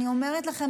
אני אומרת לכם,